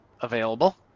available